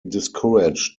discouraged